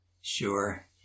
Sure